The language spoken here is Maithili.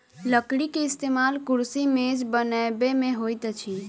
लकड़ी के इस्तेमाल कुर्सी मेज बनबै में होइत अछि